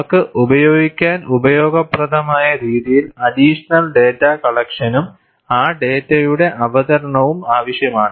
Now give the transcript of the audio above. നമുക്ക് ഉപയോഗിക്കാൻ ഉപയോഗപ്രദമായ രീതിയിൽ അഡിഷണൽ ഡാറ്റ കളക്ഷനും ആ ഡാറ്റയുടെ അവതരണവും ആവശ്യമാണ്